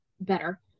better